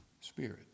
Spirit